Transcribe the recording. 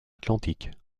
atlantique